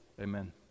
Amen